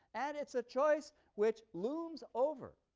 and it's a choice which looms over